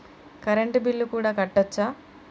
Current bill కూడా కట్టొచ్చా?